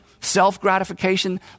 self-gratification